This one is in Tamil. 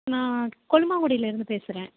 நான் கொல்லுமாங்குடிலேருந்து பேசுகிறேன்